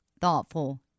thoughtful